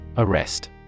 Arrest